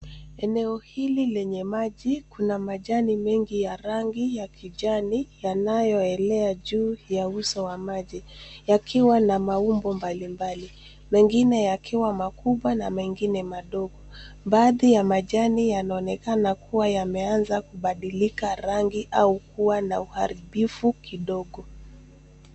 Eneo hili lenye maji kuna majani mengi ya rangi ya kijani yanayo elea juu ya uso wa maji yakiwa na maumbo mbalimbali mengine yakiwa makubwa na mengine madogo. Baadhi ya majani yanonekana kuwa yameanza kubadilika randi au kuwa na uharibifu kidogo.